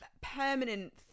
permanent